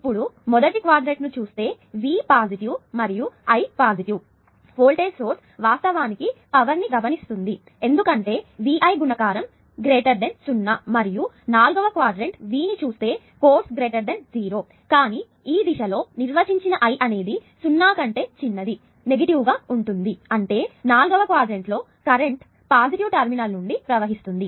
ఇప్పుడు మొదటి క్వాడ్రంట్ను చూస్తే V పాజిటివ్ మరియు I పాజిటివ్ మరియు వోల్టేజ్ సోర్స్ వాస్తవానికి పవర్ ను గమనిస్తుంది ఎందుకంటే VI గుణకారం 0 మరియు నాల్గవ క్వాడ్రంట్ V ని చూస్తే కోర్సు 0 కానీ ఈ డైరెక్షన్ లో నిర్వచించిన I అనేది 0 కన్నా చిన్నది నెగటివ్ గా ఉంటుంది అంటే నాల్గవ క్వాడ్రంట్ లో కరెంటు పాజిటివ్ టెర్మినల్ నుండి ప్రవహిస్తుంది